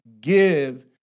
give